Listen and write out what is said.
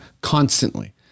constantly